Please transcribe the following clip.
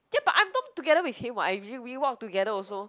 K but I'm talking together with him [what] I usually we walk together also